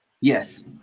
Yes